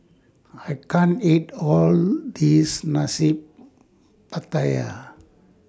I can't eat All This Nasi Pattaya